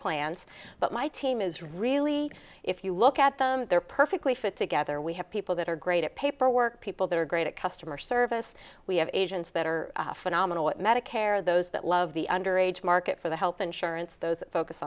plans but my team is really if you look at them they're perfectly fit together we have people that are great at paperwork people that are great at customer service we have agents that are phenomenal at medicare those that love the under age market for the health insurance those